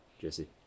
jesse